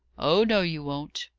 oh no, you won't.